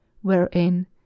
wherein